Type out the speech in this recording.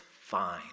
fine